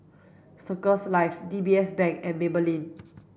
Circles Life D B S Bank and Maybelline